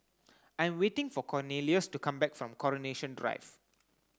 I'm waiting for Cornelious to come back from Coronation Drive